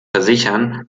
versichern